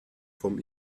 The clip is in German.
vom